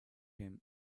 him